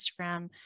Instagram